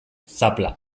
zapla